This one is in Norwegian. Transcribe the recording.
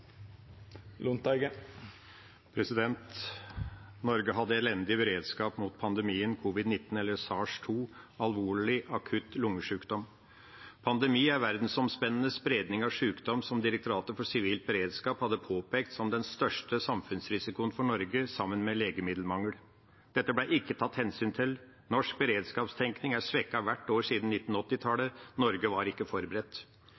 Norge hadde elendig beredskap mot pandemien covid-19, eller SARS-CoV-2, alvorlig akutt lungesykdom. Pandemi er verdensomspennende spredning av sykdom som Direktoratet for sivilt beredskap hadde påpekt som den største samfunnsrisikoen for Norge, sammen med legemiddelmangel. Dette ble det ikke tatt hensyn til. Norsk beredskapstenkning er svekket hvert år siden 1980-tallet. Norge var ikke forberedt.